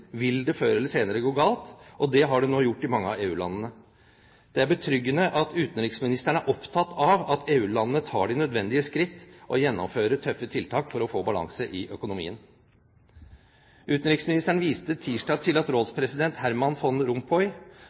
vil det før eller senere gå galt, og det har det nå gjort i mange av EU-landene. Det er betryggende at utenriksministeren er opptatt av at EU-landene tar de nødvendige skritt og gjennomfører tøffe tiltak for å få balanse i økonomien. Utenriksministeren viste tirsdag til at rådspresident Herman